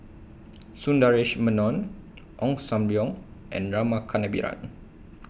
Sundaresh Menon Ong SAM Leong and Rama Kannabiran